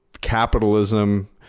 capitalism